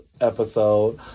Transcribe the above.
episode